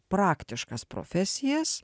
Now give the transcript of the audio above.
praktiškas profesijas